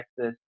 Texas